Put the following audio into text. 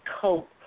cope